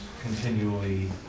continually